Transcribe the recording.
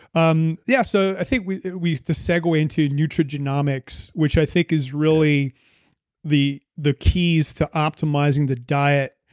um yeah, so i think we we used to segue into nutrigenomics, which i think is really the the keys to optimizing the diet.